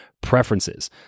preferences